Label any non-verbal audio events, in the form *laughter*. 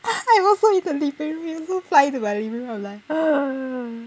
*noise* I'm also in the living room it also fly into my living room I'm like *noise*